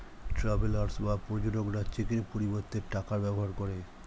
travellers বা পর্যটকরা চেকের পরিবর্তে টাকার ব্যবহার করে